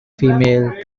female